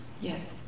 yes